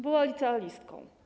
Była licealistką.